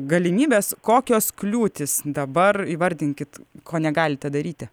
galimybes kokios kliūtys dabar įvardinkit ko negalite daryti